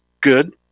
good